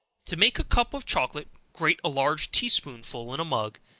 to make a cup of chocolate, grate a large tea-spoonful in a mug,